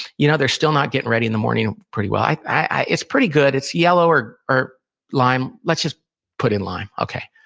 you know, they're still not getting ready in the morning pretty well. it's pretty good it's yellow or or lime. let's just put in lime. okay.